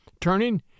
Turning